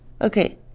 Okay